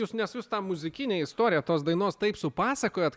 jūs nes jūs tą muzikinę istoriją tos dainos taip supasakojot